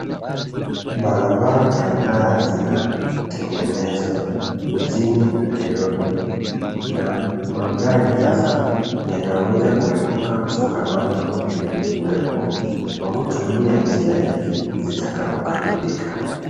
Barabara kadhaa zinatengenezwa mjini Nairobi na magari sasa yanaweza kuepuka msongamano uliokuwepo kwa kutumia njia hizi zitakapo kamilika.